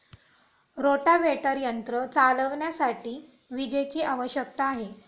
rotavator यंत्र चालविण्यासाठी विजेची आवश्यकता आहे